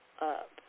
up